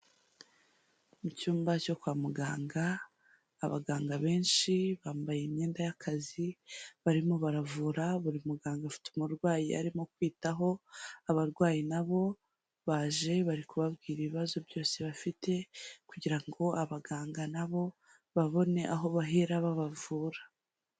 Mu cyumba cyo kwa muganga, abaganga benshi bambaye imyenda y'akazi, barimo baravura, buri muganga afite umurwayi arimo kwitaho, abarwayi na bo baje bari kubabwira ibibazo byose bafite kugira ngo abaganga na bo babone aho bahera babavura.